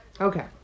Okay